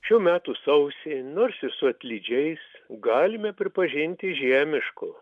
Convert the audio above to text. šių metų sausį nors ir su atlydžiais galime pripažinti žiemišku